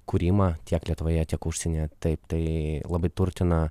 kūrimą tiek lietuvoje tiek užsienyje taip tai labai turtina